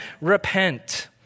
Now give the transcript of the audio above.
repent